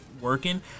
working